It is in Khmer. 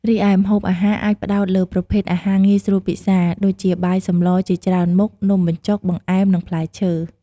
រីឯម្ហូបអាហារអាចផ្តោតលើប្រភេទអាហារងាយស្រួលពិសារ ដូចជាបាយសម្លជាច្រើនមុខ នំបញ្ចុក បង្អែម និងផ្លែឈើ។